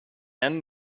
and